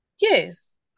Yes